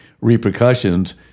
repercussions